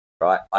Right